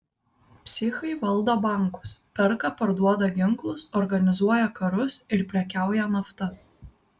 psichai valdo bankus perka parduoda ginklus organizuoja karus ir prekiauja nafta